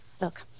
look